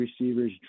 receivers